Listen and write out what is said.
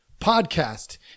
podcast